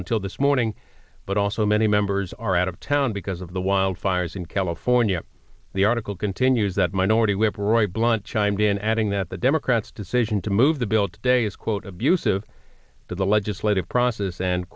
until this morning but also many members are out of town because of the wildfires in california the article continues that minority whip roy blunt chimed in adding that the democrats decision to move the bill today is quote abuse of the legislative process and